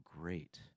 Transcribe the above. great